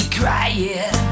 crying